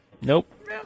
Nope